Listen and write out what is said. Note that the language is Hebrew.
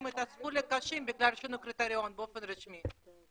הפכו לקשים בגלל שינוי קריטריון באופן רשמי.